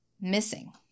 missing